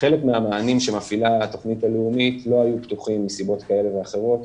חלק מהמענים שמפעילה התוכנית הלאומית לא היו פתוחים מסיבות כאלה ואחרות,